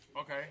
Okay